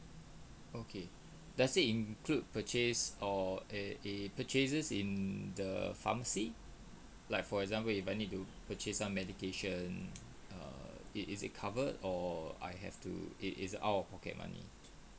okay does it include purchase or a a purchases in the pharmacy like for example if I need to purchase some medication uh is is it covered or I have to it is our pocket money